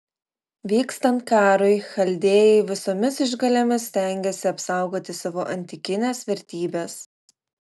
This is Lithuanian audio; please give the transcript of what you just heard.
vykstant karui chaldėjai visomis išgalėmis stengiasi apsaugoti savo antikines vertybes